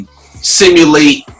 simulate